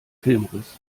filmriss